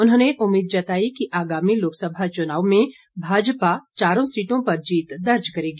उन्होंने उम्मीद जताई कि आगामी लोकसभा चुनाव में भाजपा चारों सीटों पर जीत दर्ज करेगी